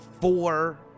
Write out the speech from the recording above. four